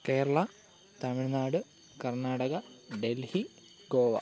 Kerala Tamil Nadu Karnataka Delhi Goa